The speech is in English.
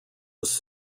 was